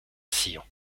sillon